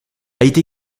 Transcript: été